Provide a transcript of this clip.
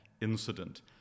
incident